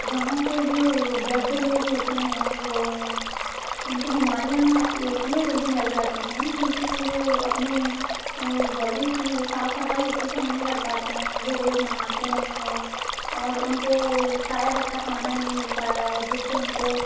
गाँव के जो वृद्ध लोग होते हैं वो उनको बीमारियाँ इसलिए जल्दी लग जाती है क्योंकि वो अपनी बॉडी की साफ सफाई अच्छे से नहीं कर पाते हैं वो रोज नहाते नहीं हैं और उनको शायद अच्छा खाना नहीं मिल पा रहा है जिससे उनको